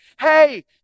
hey